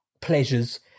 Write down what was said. pleasures